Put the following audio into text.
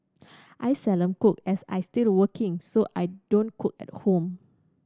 I cook as I still working so I don't cook at home